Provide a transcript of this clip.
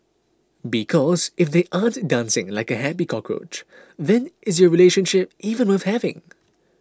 because if they aren't dancing like a happy cockroach then is your relationship even worth having